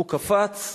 הוא קפץ,